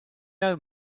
know